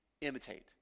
imitate